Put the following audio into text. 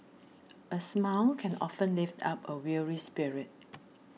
a smile can often lift up a weary spirit